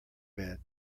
bed